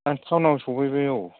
आं टावन आव सफैबाय औ